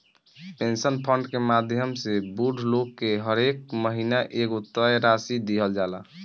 pension fund के माध्यम से बूढ़ लोग के हरेक महीना एगो तय राशि दीहल जाला